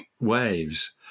Waves